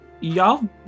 y'all